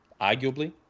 arguably